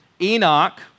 Enoch